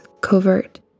covert